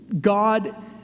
God